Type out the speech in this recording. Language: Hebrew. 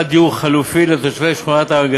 יוסי יונה.